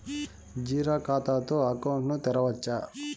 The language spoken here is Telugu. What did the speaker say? జీరో ఖాతా తో అకౌంట్ ను తెరవచ్చా?